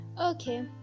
Okay